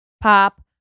Pop